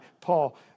Paul